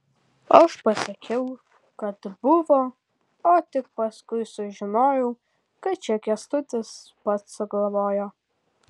aš pasakiau kad buvo o tik paskui sužinojau kad čia kęstutis pats sugalvojo